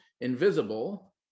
invisible